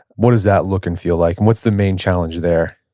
what does that look and feel like and what's the main challenge there?